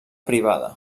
privada